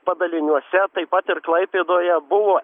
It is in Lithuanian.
padaliniuose taip pat ir klaipėdoje buvo